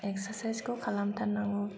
एकसारसाइसखौ खालामथार नांगौ